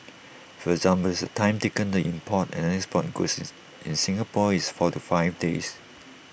for example the time taken to import and export goods in Singapore is four to five days